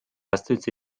остаются